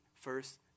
first